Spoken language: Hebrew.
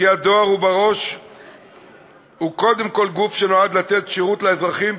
כי הדואר הוא קודם כול גוף שנועד לתת שירות לאזרחים,